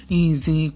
easy